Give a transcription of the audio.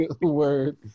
Word